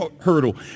hurdle